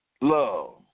love